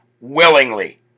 willingly